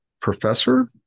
professor